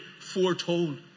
foretold